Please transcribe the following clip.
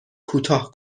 کوتاه